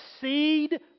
seed